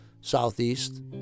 southeast